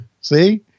see